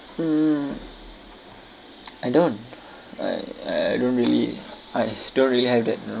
mm I don't I I don't really I don't really have that you know